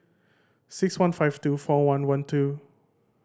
six one five two four one one two